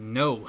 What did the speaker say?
no